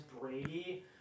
Brady